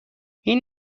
این